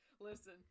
listen